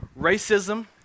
racism